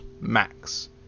max